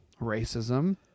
Racism